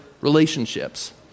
relationships